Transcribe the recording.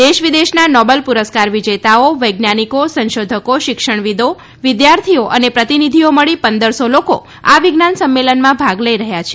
દેશ વિદેશના નોબેલ પુરસ્કાર વિજેતાઓ વૈજ્ઞાનિકો સંશોધકો શિક્ષણ વિદો વિદ્યાર્થીઓ અને પ્રતિનિધિઓ મળી પંદરસો લોકો આ વિજ્ઞાન સંમેલનમાં ભાગ લઈ રહ્યા છે